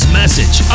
message